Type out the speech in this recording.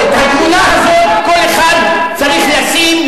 את התמונה הזאת כל אחד צריך לשים,